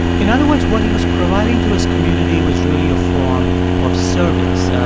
in other words, what he was providing to his community was really a form of service.